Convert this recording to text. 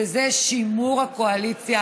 וזה שימור הקואליציה